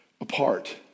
apart